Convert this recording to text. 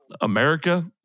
America